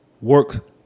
work